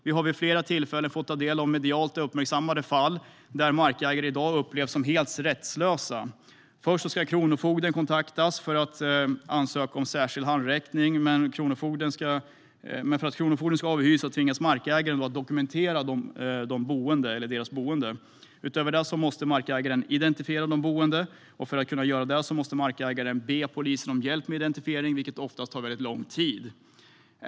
Vi har vid flera tillfällen fått ta del av medialt uppmärksammade fall där markägare i dag upplevs som helt rättslösa. Först ska kronofogden kontaktas för att man ska ansöka om särskild handräckning, men för att kronofogden ska avhysa tvingas markägaren att dokumentera de boende. Utöver det måste markägaren identifiera de boende. För att kunna göra det måste markägaren be polisen om hjälp med identifiering, vilket oftast tar lång tid.